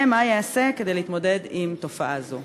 2. מה ייעשה כדי להתמודד עם תופעה זו?